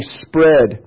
spread